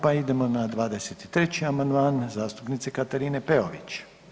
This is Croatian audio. Pa idemo na 23. amandman zastupnice Katarine Peović.